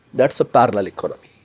that's a parallel economy.